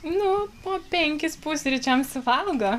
nu po penkis pusryčiams valgo